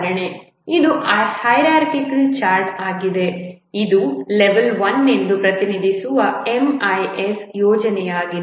ಇದು hierarchical chart ಆಗಿದೆಇದು level 1 ಎಂದು ಪ್ರತಿನಿಧಿಸುವ MIS ಯೋಜನೆಯಾಗಿದೆ